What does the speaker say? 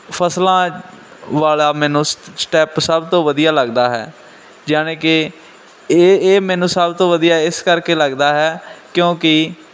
ਫਸਲਾਂ ਵਾਲਾ ਮੈਨੂੰ ਸਟੈਪ ਸਭ ਤੋਂ ਵਧੀਆ ਲੱਗਦਾ ਹੈ ਜਾਨੀ ਕਿ ਇਹ ਇਹ ਮੈਨੂੰ ਸਭ ਤੋਂ ਵਧੀਆ ਇਸ ਕਰਕੇ ਲੱਗਦਾ ਹੈ ਕਿਉਂਕਿ